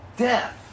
Death